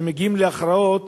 כשמגיעים להכרעות,